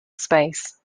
space